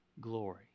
glory